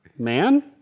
Man